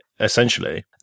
essentially